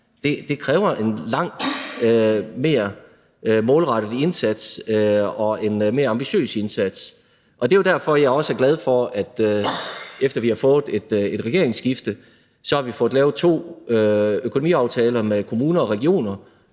Det kræver en lang mere målrettet indsats og en mere ambitiøs indsats. Det er jo derfor, jeg også er glad for, at vi efter regeringsskiftet har fået lavet to økonomiaftaler med kommuner og regioner,